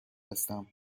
هستم